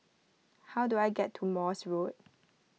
how do I get to Morse Road